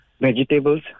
vegetables